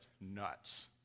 nuts